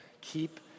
Keep